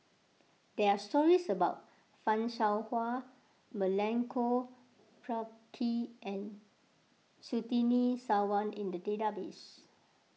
there are stories about Fan Shao Hua Milenko Prvacki and Surtini Sarwan in the database